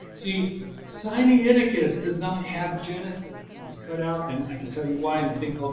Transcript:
see, sinaiticus does not have genesis. it was cut out. and i can tell you why, in